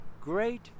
great